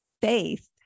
Faith